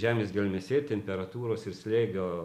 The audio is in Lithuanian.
žemės gelmėse ir temperatūros ir slėgio